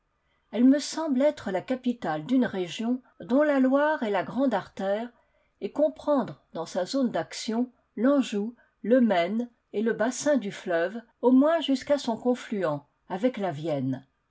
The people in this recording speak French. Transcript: elle me semble être la capitale d'une région dont la loire est la grande artère et comprendre dans sa zone d'action l'anjou le maine et le bassin du fleuve au moins jusqu'à son confluent avec la vienne